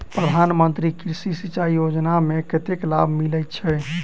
प्रधान मंत्री कृषि सिंचाई योजना मे कतेक लाभ मिलय छै?